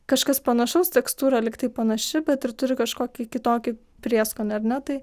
kažkas panašaus tekstūra lygtai panaši bet ir turi kažkokį kitokį prieskonį ar ne tai